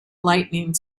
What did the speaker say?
lightening